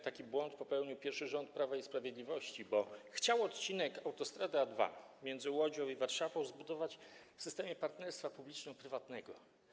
Taki błąd popełnił pierwszy rząd Prawa i Sprawiedliwości, bo chciał odcinek autostrady A2, między Łodzią a Warszawą, zbudować w systemie partnerstwa publiczno-prywatnego.